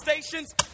stations